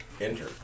enter